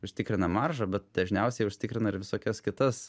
užtikrina maržą bet dažniausiai užtikrina ir visokias kitas